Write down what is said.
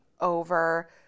over